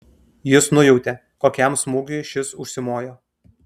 jis nujautė kokiam smūgiui šis užsimojo